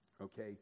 okay